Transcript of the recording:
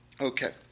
Okay